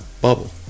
bubble